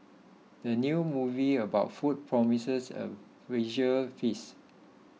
the new movie about food promises a visual feast